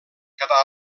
quedar